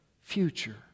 future